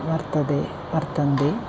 वर्तते वर्तते